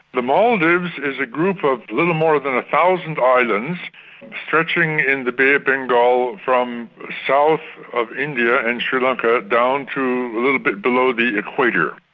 the maldives is a group of little more than a thousand islands stretching in the bay of bengal from south of india and sri lanka down to a little bit below the equator.